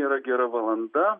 yra gera valanda